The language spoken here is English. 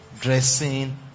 dressing